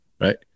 right